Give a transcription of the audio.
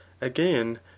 Again